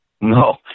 No